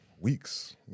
weeks